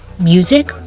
Music